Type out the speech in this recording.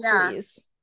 please